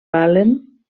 valen